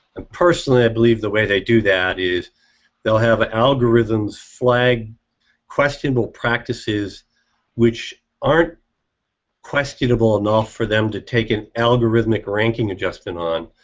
and personally i believe the way they do that is they'll have algorithms flag questionable practices which aren't questionable enough for them to take in algorithmic ranking adjusted on,